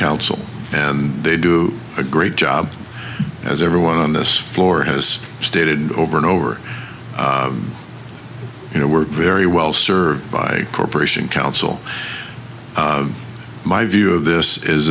el and they do a great job as everyone on this floor has stated over and over you know work very well served by corporation council my view of this is